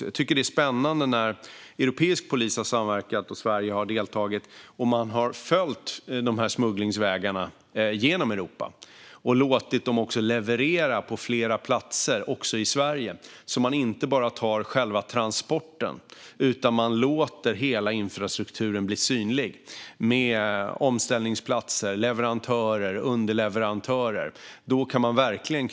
Jag tycker att det är spännande att europeisk polis i samverkan med svensk polis har följt smugglingsvägarna genom Europa och låtit smugglarna leverera på flera platser, också i Sverige, så att man inte bara tar själva transporten utan låter hela infrastrukturen bli synlig med omställningsplatser, leverantörer och underleverantörer.